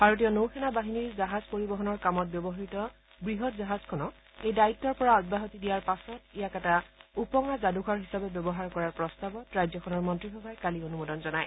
ভাৰতীয় নৌ সেনা বাহিনীৰ জাহাজ পৰিবহণৰ কামত ব্যৱহাত বৃহৎ জাহাজখনক এই দায়িত্বৰ পৰা অব্যাহতি দিয়াৰ পিছত ইয়াক এটা ওপঙা যাদুঘৰ হিচাপে ব্যৱহাৰ কৰাৰ প্ৰস্তাৱত ৰাজ্যখনৰ মন্ত্ৰীসভাই কালি অনুমোদন জনায়